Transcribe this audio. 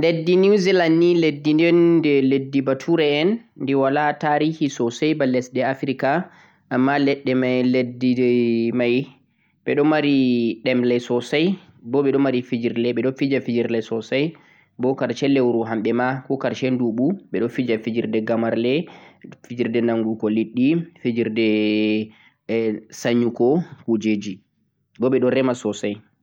leddi New Zealand ni leddi un de leddi bature en di wala tarihi sosai ba lesɗe Africa amma leddi mai ɓe ɗo mari ɗemle sosai bo ɓe ɗo mari fijirle, ɓe ɗo fija fijirle sosai, bo karshe leuru kamɓe ma, ko karshe ndubu ɓeɗo fija fijirle gamarle, fijirle nangugo liɗɗi, fijirde eh sayugo kujeji, bo ɓeɗo rema sosai.